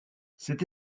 cette